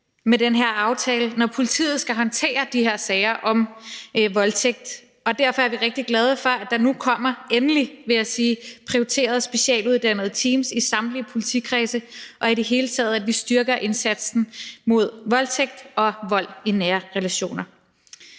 med den her aftale, når politiet skal håndtere de her sager om voldtægt. Derfor er vi rigtig glade for, at der nu endelig – vil jeg sige – kommer prioriterede specialuddannede teams i samtlige politikredse, og at vi i det hele taget styrker indsatsen mod voldtægt og vold i nære relationer.